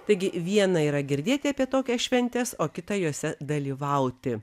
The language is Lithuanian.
taigi viena yra girdėti apie tokias šventes o kita jose dalyvauti